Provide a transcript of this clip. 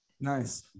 Nice